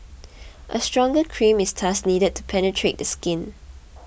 a stronger cream is thus needed to penetrate the skin